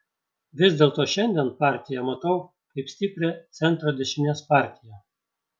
vis dėlto šiandien partiją matau kaip stiprią centro dešinės partiją